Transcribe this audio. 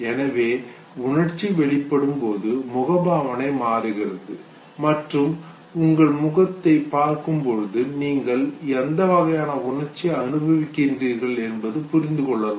எனவே உணர்ச்சி வெளிப்படும்போது முகபாவனை மாறுகிறது மற்றும் உங்கள் முகத்தை பார்க்கும்போது நீங்கள் எந்த வகையான உணர்ச்சியை அனுபவிக்கின்றீர்கள் என்பதை புரிந்து கொள்ளலாம்